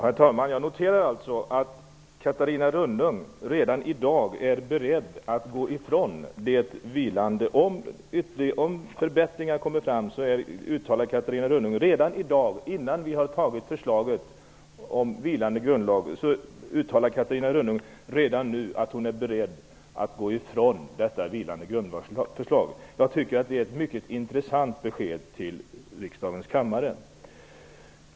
Herr talman. Redan i dag, innan vi har tagit förslaget om vilande grundlag, säger alltså Catarina Rönnung att hon är är beredd att gå ifrån det vilande grundlagsförslaget om förbättringar framkommer. Jag tycker att det är ett mycket intressant besked till riksdagens kammare.